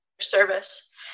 service